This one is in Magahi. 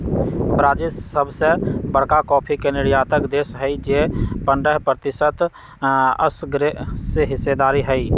ब्राजील सबसे बरका कॉफी के निर्यातक देश हई जे पंडह प्रतिशत असगरेहिस्सेदार हई